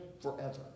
forever